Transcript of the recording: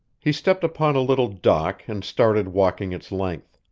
he stepped upon a little dock and started walking its length.